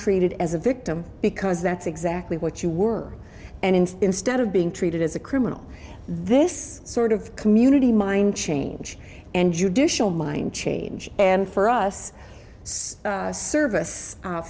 treated as a victim because that's exactly what you were and instead of being treated as a criminal this sort of community mind change and judicial mind change and for us service